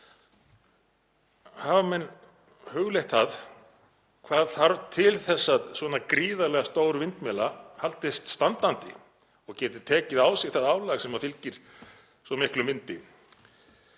Hafa menn hugleitt það hvað þarf til að svona gríðarlega stór vindmylla haldist standandi og geti tekið á sig það álag sem fylgir svo miklum vindi?